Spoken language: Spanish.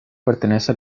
pertenece